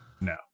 No